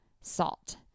salt